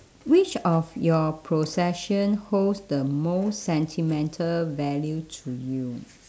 which of your possession holds the most sentimental value to you